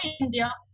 India